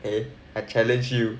eh I challenge you